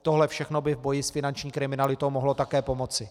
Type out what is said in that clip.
Tohle všechno by v boji s finanční kriminalitou mohlo také pomoci.